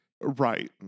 Right